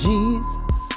Jesus